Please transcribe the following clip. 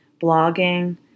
blogging